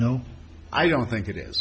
know i don't think it is